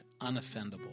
Unoffendable